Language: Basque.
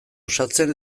osatzen